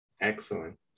excellent